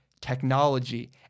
technology